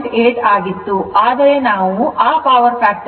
8 ಆಗಿತ್ತು ಆದರೆ ಈಗ ನಾವು ಆ power factor ಅನ್ನು 0